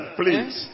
please